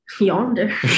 yonder